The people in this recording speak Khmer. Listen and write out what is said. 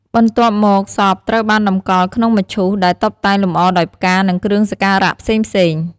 បន្ទប់មកសពត្រូវបានតម្កល់ក្នុងមឈូសដែលតុបតែងលម្អដោយផ្កា និងគ្រឿងសក្ការៈផ្សេងៗ។